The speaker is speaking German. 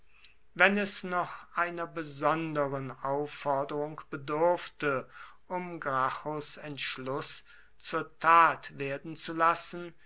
wenn es noch einer besonderen aufforderung bedurfte um gracchus entschluß zur tat werden zu lassen